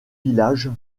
villages